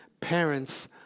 Parents